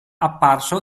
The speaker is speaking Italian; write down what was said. apparso